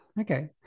Okay